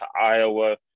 Iowa